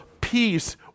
peace